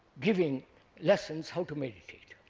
giving lessons how to meditate,